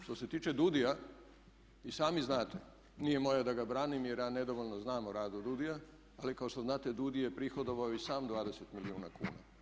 Što se tiče DUUDI-ja i sami znate, nije moje da ga branim jer ja nedovoljno znam o radu DUUDI-ja, ali kao što znate DUUDI je prihodovao i sam 20 milijuna kuna.